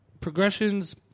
progressions